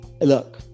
Look